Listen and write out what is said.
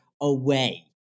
away